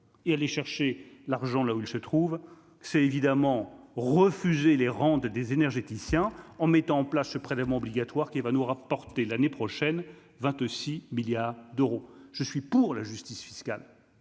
et aller chercher l'argent là où il se trouve, c'est évidemment refusé les rendent des énergéticiens en mettant en place ce prélèvement obligatoire qui va nous rapporter l'année prochaine 26 milliards d'euros, je suis pour la justice fiscale